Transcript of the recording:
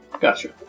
gotcha